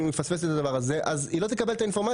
היא מפספסת את השיחה ולכן היא לא תקבל את האינפורמציה.